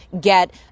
get